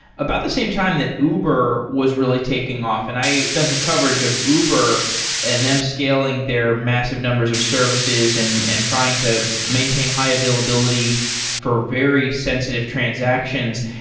about the same time that uber was really taking off. and i done some coverage of uber and them scaling their massive numbers of services and and trying to maintain high-availability for very sensitive transactions,